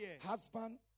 Husband